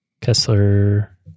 Kessler